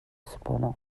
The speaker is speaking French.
cependant